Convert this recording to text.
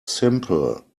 simple